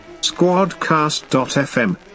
Squadcast.fm